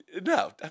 No